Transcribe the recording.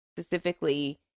specifically